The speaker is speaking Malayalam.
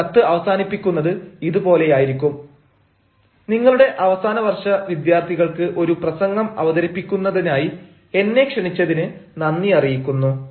നിങ്ങൾ കത്ത് അവസാനിപ്പിക്കുന്നത് ഇതു പോലെയായിരിക്കും നിങ്ങളുടെ അവസാന വർഷ വിദ്യാർഥികൾക്ക് ഒരു പ്രസംഗം അവതരിപ്പിക്കുന്നതിനായി എന്നെ ക്ഷണിച്ചതിന് നന്ദി അറിയിക്കുന്നു